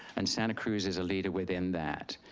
and santa cruz is a leader within that.